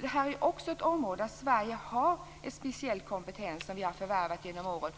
Detta är också ett område där Sverige har en speciell kompetens som vi har förvärvat genom åren.